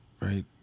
right